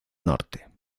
norte